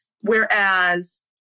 Whereas